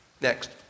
Next